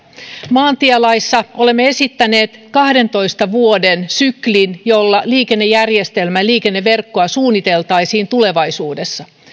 maantielaissa olemme esittäneet kahdentoista vuoden sykliä jolla liikennejärjestelmää ja liikenneverkkoa suunniteltaisiin tulevaisuudessa